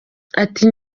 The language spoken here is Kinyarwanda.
ati